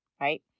right